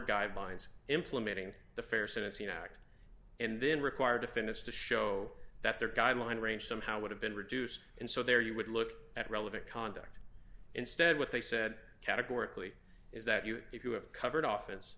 guidelines implementing the fair sentencing act and then require to finish to show that their guideline range somehow would have been reduced and so there you would look at relevant conduct instead what they said categorically is that you if you have covered office